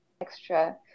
extra